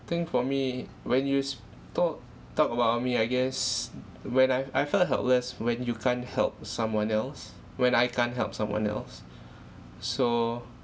think for me when you s~ talk talk about army I guess when I I felt helpless when you can't help someone else when I can't help someone else so